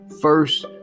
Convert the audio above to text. first